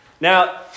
Now